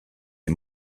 les